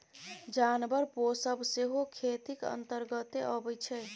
जानबर पोसब सेहो खेतीक अंतर्गते अबै छै